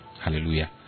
Hallelujah